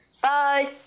Bye